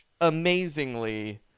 amazingly